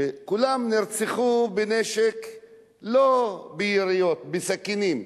שכולם נרצחו לא ביריות, בסכינים.